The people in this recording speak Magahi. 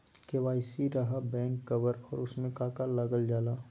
के.वाई.सी रहा बैक कवर और उसमें का का लागल जाला?